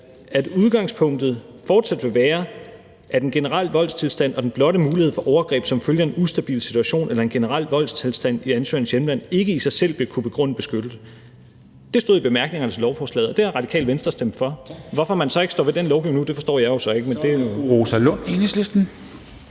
at udgangspunktet fortsat vil være, at den generelle voldstilstand og den blotte mulighed for overgreb som følge af en ustabil situation eller en generel voldstilstand i ansøgerens hjemland ikke i sig selv vil kunne begrunde beskyttelse. Det stod i bemærkningerne til lovforslaget, og det har Radikale Venstre stemt for. Hvorfor man så ikke står ved den lovgivning nu, forstår jeg jo så ikke. Kl. 13:49 Formanden